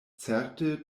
certe